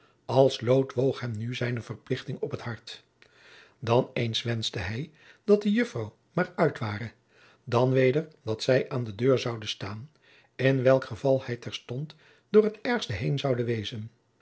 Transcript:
als lood woog hem nu zijne verplichting op het hart dan eens wenschte hij dat de juffrouw maar uit ware dan weder dat zij aan de deur zoude staan in welk geval hij terstond door het ergste heen zoude wezen